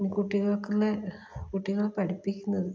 കുട്ടികൾക്കുള്ള കുട്ടികളെ പഠിപ്പിക്കുന്നത്